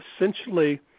essentially